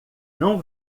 não